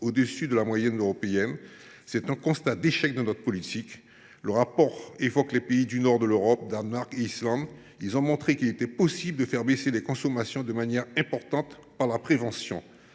au dessus de la moyenne européenne. C’est un constat d’échec de notre politique. Le rapport évoque les pays du nord de l’Europe, comme le Danemark et l’Islande, qui ont montré qu’il était possible de faire baisser les consommations de manière importante par la prévention.